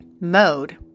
mode